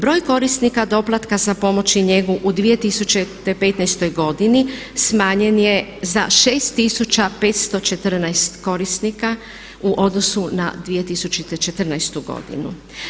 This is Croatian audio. Broj korisnika doplatka za pomoć i njegu u 2015. godini smanjen je za 6514 korisnika u odnosu na 2014. godinu.